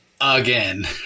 again